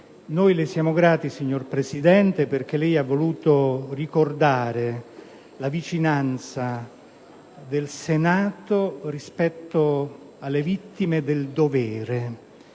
Noi le siamo grati, signor Presidente, perché ha voluto ricordare la vicinanza del Senato alle vittime del dovere.